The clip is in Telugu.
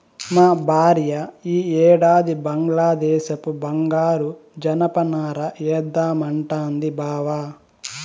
మా భార్య ఈ ఏడాది బంగ్లాదేశపు బంగారు జనపనార ఏద్దామంటాంది బావ